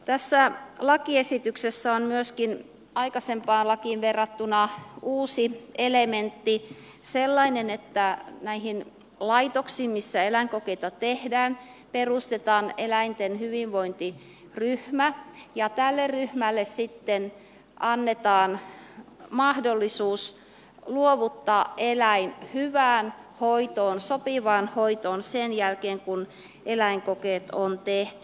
tässä lakiesityksessä on aikaisempaan lakiin verrattuna myöskin sellainen uusi elementti että näihin laitoksiin missä eläinkokeita tehdään perustetaan eläinten hyvinvointiryhmä ja tälle ryhmälle annetaan mahdollisuus luovuttaa eläin hyvään hoitoon sopivaan hoitoon sen jälkeen kun eläinkokeet on tehty